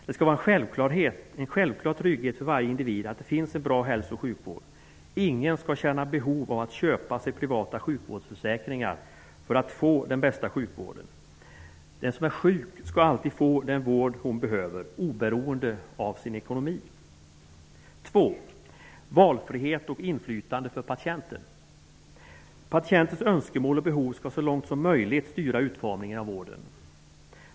Det skall vara en självklar trygghet för varje individ att det finns en bra hälso och sjukvård. Ingen skall känna behov av att köpa sig privata sjukvårdsförsäkringar för att få den bästa sjukvården. Den som är sjuk skall alltid få den vård hon behöver, oberoende av sin ekonomi. För det andra: Valfrihet och inflytande för patienten. Patientens önskemål och behov skall så långt som möjligt styra utformningen av vården.